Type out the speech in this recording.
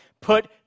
Put